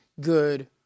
good